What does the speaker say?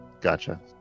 Gotcha